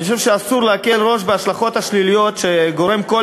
אני חושב שאסור להקל ראש בהשלכות השליליות שגורם כל